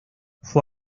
fue